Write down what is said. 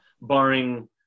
barring